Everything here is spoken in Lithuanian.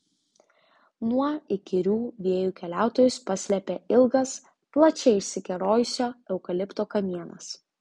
nuo įkyrių vėjų keliautojus paslėpė ilgas plačiai išsikerojusio eukalipto kamienas